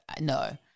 no